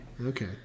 Okay